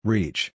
Reach